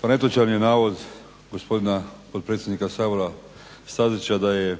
Pa netočan je navod gospodina potpredsjednika Sabora Stazića da je